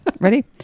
Ready